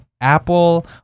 Apple